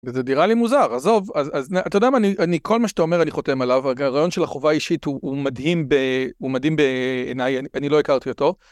זה נראה לי מוזר עזוב אז אתה יודע מה אני כל מה שאתה אומר אני חותם עליו הרעיון של החובה האישית הוא מדהים הוא מדהים בעיניי אני לא הכרתי אותו.